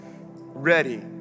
ready